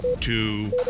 two